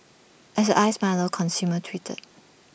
as the iced milo consumer tweeted